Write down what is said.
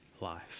life